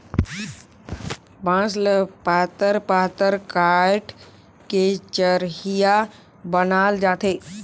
बांस ल पातर पातर काएट के चरहिया बनाल जाथे